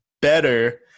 better